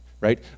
right